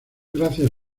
gracias